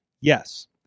Yes